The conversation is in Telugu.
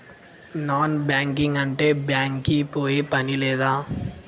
నాన్ బ్యాంకింగ్ అంటే బ్యాంక్ కి పోయే పని లేదా?